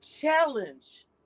challenge